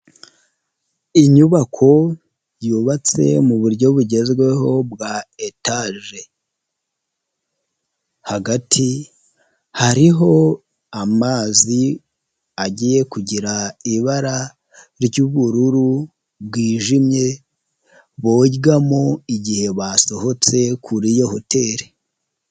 Inyubako yubatse mu buryo bugezweho bwa etaje, hagati hariho amazi agiye kugira ibara ry'ubururu bwijimye bogamo igihe basohotse kuri iyo hoteli.